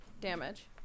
damage